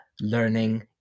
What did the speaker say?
learning